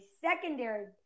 secondary